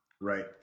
Right